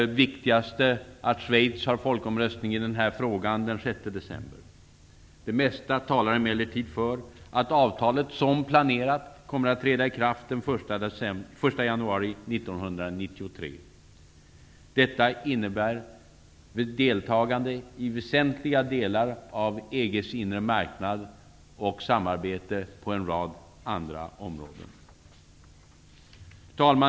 Det viktigaste är att Schweiz skall ha en folkomröstning i frågan den 6 december. Det mesta talar emellertid för att avtalet som planerat kommer att träda i kraft den 1 januari 1993. Detta innebär deltagande i väsentliga delar av EG:s inre marknad och samarbete på en rad andra områden. Fru talman!